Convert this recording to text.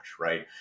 right